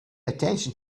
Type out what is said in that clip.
attention